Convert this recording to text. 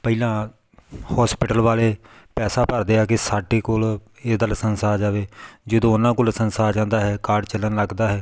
ਪਹਿਲਾਂ ਹੋਸਪਿਟਲ ਵਾਲੇ ਪੈਸਾ ਭਰਦੇ ਆ ਕਿ ਸਾਡੇ ਕੋਲ ਇਹਦਾ ਲਾਇਸੈਂਸ ਆ ਜਾਵੇ ਜਦੋਂ ਉਹਨਾਂ ਕੋਲ ਲਾਇਸੈਂਸ ਜਾਂਦਾ ਹੈ ਕਾਰਡ ਚੱਲਣ ਲੱਗਦਾ ਹੈ